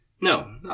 No